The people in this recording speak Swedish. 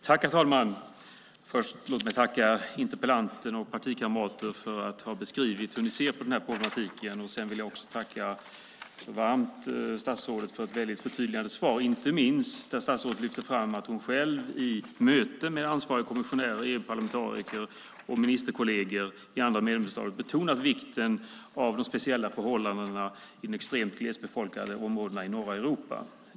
Herr talman! Låt mig först tacka interpellanten och partikamrater för att ha beskrivit hur de ser på den här problematiken. Sedan vill jag varmt tacka statsrådet för ett förtydligande svar, inte minst där statsrådet lyfter fram att hon själv i möten med ansvarig kommissionär, EU-parlamentariker och ministerkolleger i andra medlemsstater betonat vikten av de speciella förhållandena i de extremt glesbefolkade områdena i norra Europa.